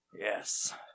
Yes